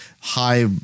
high